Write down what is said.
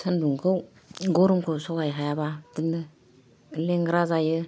सान्दुंखौ गरमखौ सहाय हायाबा बिदिनो लेंग्रा जायो